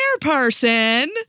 person